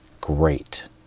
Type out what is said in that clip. great